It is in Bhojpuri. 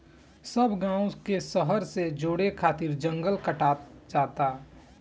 सब गांव के शहर से जोड़े खातिर जंगल कटात जाता